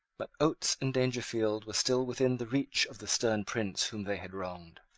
but oates and dangerfield were still within the reach of the stern prince whom they had wronged.